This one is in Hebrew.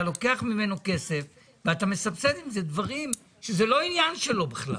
אתה לוקח ממנו כסף ואתה מסבסד עם זה דברים שזה לא עניין שלו בכלל.